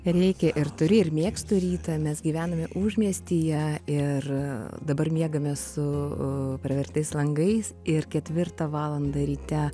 reikia ir turi ir mėgstu rytą nes gyvenam užmiestyje ir dabar miegame su pravertais langais ir ketvirtą valandą ryte